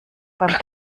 beim